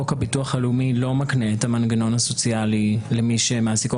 חוק הביטוח הלאומי לא מקנה את המנגנון הסוציאלי למי שמעסיקו